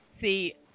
See